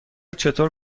چطور